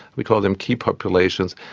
we call them key populations,